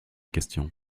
questions